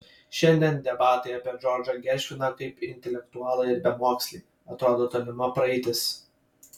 šiandien debatai apie džordžą geršviną kaip intelektualą ir bemokslį atrodo tolima praeitis